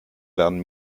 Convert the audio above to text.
werden